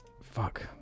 Fuck